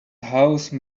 house